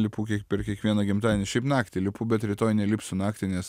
lipu kiek per kiekvieną gimtadienį šiaip naktį lipu bet rytoj nelipsiu naktį nes